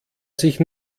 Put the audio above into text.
sich